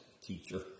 teacher